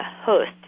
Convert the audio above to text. host